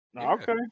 Okay